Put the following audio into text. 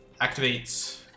activates